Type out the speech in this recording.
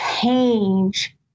change